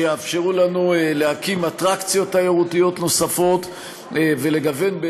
שיאפשרו לנו להקים אטרקציות תיירותיות נוספות ולגוון,